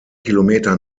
kilometer